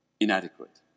inadequate